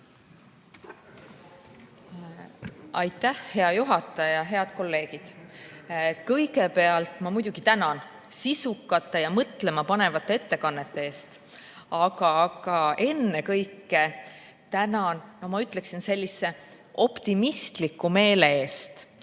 Aitäh, hea juhataja! Head kolleegid! Kõigepealt ma muidugi tänan sisukate ja mõtlemapanevate ettekannete eest, aga ennekõike tänan, ma ütleksin, sellise optimistliku meele eest.